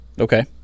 Okay